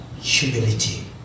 humility